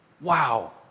Wow